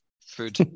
food